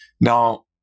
now